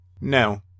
No